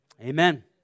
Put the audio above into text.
Amen